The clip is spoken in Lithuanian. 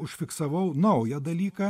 užfiksavau naują dalyką